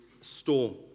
storm